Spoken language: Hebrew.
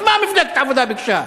אז מה אם מפלגת העבודה ביקשה?